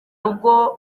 ubwo